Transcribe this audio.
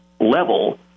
level